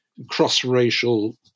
cross-racial